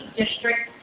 district